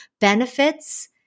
benefits